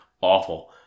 awful